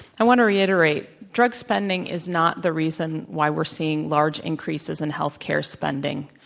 i want to reiterate drug spending is not the reason why we're seeing large increases in health care spending.